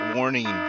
Warning